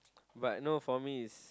but no for me is